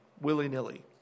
willy-nilly